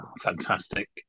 Fantastic